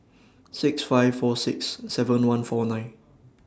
six five four six seven one four nine